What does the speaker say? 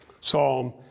Psalm